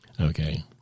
Okay